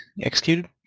executed